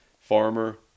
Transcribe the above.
Farmer